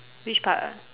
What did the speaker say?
which part ah